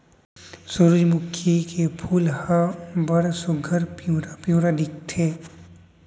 सुरूजमुखी के फूल ह बड़ सुग्घर पिंवरा पिंवरा दिखथे